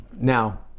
Now